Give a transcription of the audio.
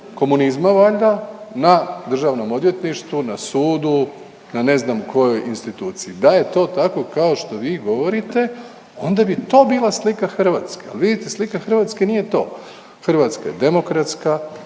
komunizma valjda na državnom odvjetništvu, na sudu, na ne znam kojoj instituciji, da je to tako kao što vi govorite, onda bi to bila slika Hrvatske. Ali vidite, slika Hrvatske nije to. Hrvatska je demokratska,